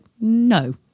no